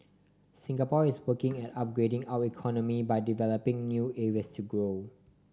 Singapore is working at upgrading our economy by developing new areas to grow